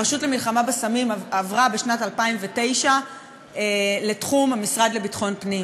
הרשות למלחמה בסמים עברה בשנת 2009 לתחום המשרד לביטחון הפנים,